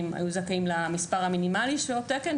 היו זכאים למספר המינימלי של שעות תקן,